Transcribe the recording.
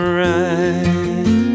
right